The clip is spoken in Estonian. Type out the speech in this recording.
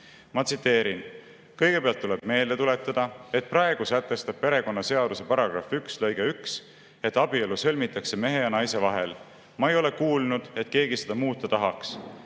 Ma tsiteerin: "Kõige pealt tuleb meelde tuletada, et praegu sätestab perekonnaseaduse § 1 lg 1, et abielu sõlmitakse mehe ja naise vahel. Ma ei ole kuulnud, et keegi seda muuta tahaks.